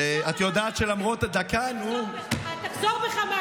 למרות הכול,